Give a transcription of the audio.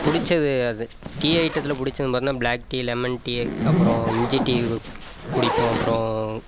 பிடிச்சது அது டீ ஐட்டத்தில் பிடிச்சதுன்னு பார்த்தன்னா பிளாக் டீ லெமன் டீ அப்புறம் இஞ்சி டீ குடிப்போம் அப்புறோம்